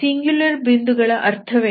singular ಬಿಂದುಗಳ ಅರ್ಥವೇನು